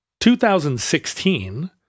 2016